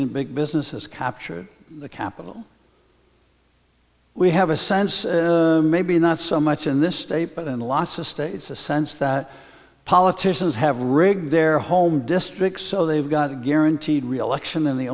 and big business has captured the capital we have a sense maybe not so much in this state but in lots of states a sense that politicians have rigged their home districts so they've got a guaranteed reelection in the